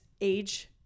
age